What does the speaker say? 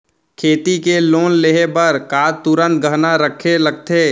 खेती के लोन लेहे बर का तुरंत गहना रखे लगथे?